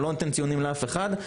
אני לא נותן ציונים לאף אחד,